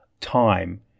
time